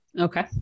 Okay